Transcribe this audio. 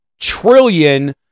trillion